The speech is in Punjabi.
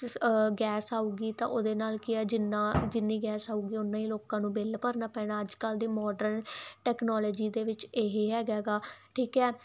ਸ ਗੈਸ ਆਊਗੀ ਤਾਂ ਉਹਦੇ ਨਾਲ ਕੀ ਆ ਜਿੰਨਾ ਜਿੰਨੀ ਗੈਸ ਆਊਗੀ ਓਨਾ ਹੀ ਲੋਕਾਂ ਨੂੰ ਬਿੱਲ ਭਰਨਾ ਪੈਣਾ ਅੱਜ ਕੱਲ੍ਹ ਦੇ ਮੋਡਰਨ ਟੈਕਨੋਲੋਜੀ ਦੇ ਵਿੱਚ ਇਹ ਹੈਗਾ ਗਾ ਠੀਕ ਹੈ